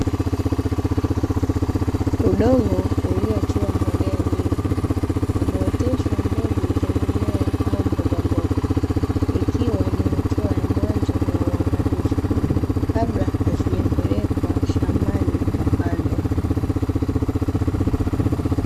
Udongo uliotiwa mbolea nyingi umeoteshwa mbegu za mimea au mbogamboga, ikiwa ni hatua ya mwanzo ya uangalizi kabla hazijapelekwa shambani kupandwa.